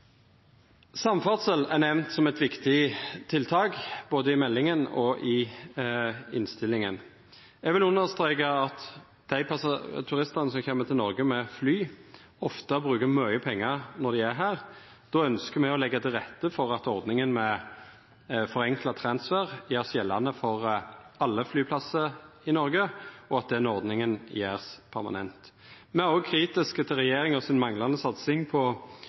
Samferdsel er nemnd som eit viktig tiltak, både i meldinga og i innstillinga. Eg vil streka under at dei turistane som kjem til Noreg med fly, ofte brukar mykje pengar når dei er her. Då ynskjer me å leggja til rette for at ordninga med forenkla transfer vert gjord gjeldande for alle flyplassane i Noreg, og at ordninga vert gjord permanent. Me er òg kritiske til regjeringas manglande satsing på